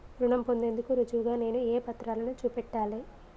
రుణం పొందేందుకు రుజువుగా నేను ఏ పత్రాలను చూపెట్టాలె?